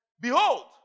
Behold